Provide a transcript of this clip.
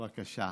בבקשה,